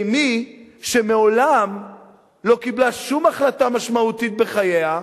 מי שמעולם לא קיבלה שום החלטה משמעותית בחייה,